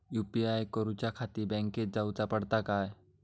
UPI करूच्याखाती बँकेत जाऊचा पडता काय?